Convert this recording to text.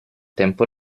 tempo